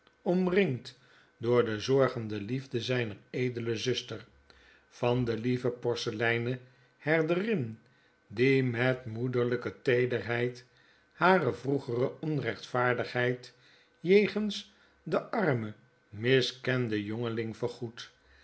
omringd door de zorgende liefde zijner edele zuster van de lieve porseleinen herderin die met moederigke teerheid hare vroegere onrechtvaardigheid jegens den armenmiskendenjongelingvergoedt en van